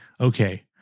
okay